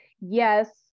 yes